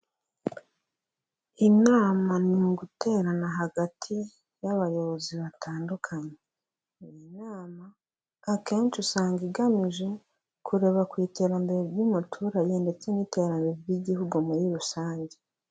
Inama ni uguterana hagati y'abayobozi batandukanye. Iyi inama akenshi usanga igamije kureba ku iterambere ry'umuturage ndetse n'iterambere ry'igihugu muri rusange.